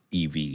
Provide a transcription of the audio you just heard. EV